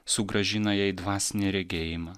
sugrąžina jai dvasinį regėjimą